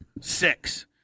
Six